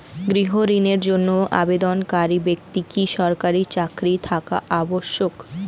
গৃহ ঋণের জন্য আবেদনকারী ব্যক্তি কি সরকারি চাকরি থাকা আবশ্যক?